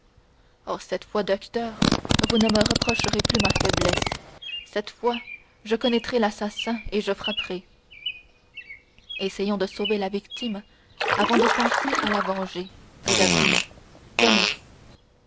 oh cette fois docteur vous ne me reprocherez plus ma faiblesse cette fois je connaîtrai l'assassin et je frapperai essayons de sauver la victime avant de penser à la venger dit d'avrigny